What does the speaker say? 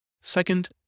Second